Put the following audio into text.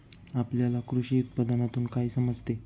आपल्याला कृषी उत्पादनातून काय समजते?